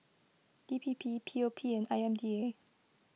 D P P P O P and I M D A